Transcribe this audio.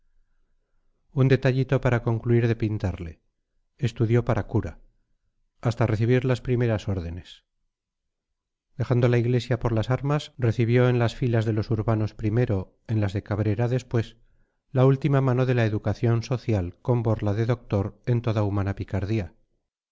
un detallito para concluir de pintarle estudió para cura hasta recibir las primeras órdenes dejando la iglesia por las armas recibió en las filas de los urbanos primero en las de cabrera después la última mano de la educación social con borla de doctor en toda humana picardía